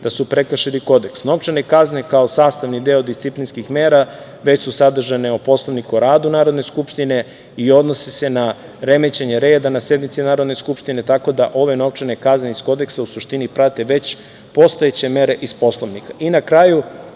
da su prekršili kodeks. Novčane kazne kao sastavni deo disciplinskih mera već su sadržane u Poslovniku o radu Narodne skupštine i odnose se na remećenje reda na sednici Narodne skupštine, tako da ove novčane kazne iz kodeksa, u suštini prate već postojeće mere iz Poslovnika. Na